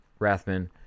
Rathman